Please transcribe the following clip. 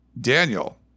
Daniel